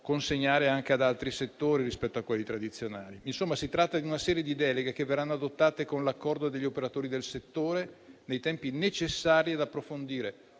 consegnare anche a settori diversi da quelli tradizionali. Insomma, si tratta di una serie di deleghe che verranno adottate con l'accordo degli operatori del settore, nei tempi necessari ad approfondire